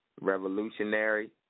Revolutionary